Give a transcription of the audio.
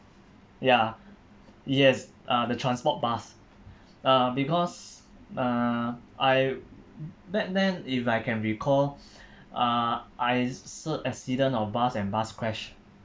ya yes uh the transport bus uh because uh I back then if I can recall uh I saw accident of bus and bus crash